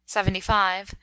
Seventy-five